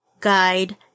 Guide